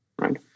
right